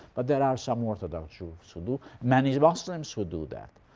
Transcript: but there are some orthodox jews who do. many muslims who do that.